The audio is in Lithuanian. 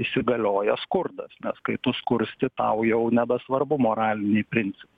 įsigalioja skurdas nes kai tu skursti tau jau nebesvarbu moraliniai principai